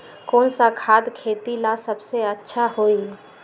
कौन सा खाद खेती ला सबसे अच्छा होई?